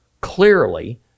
clearly